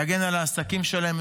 להגן על העסקים שלהם.